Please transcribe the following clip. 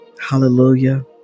Hallelujah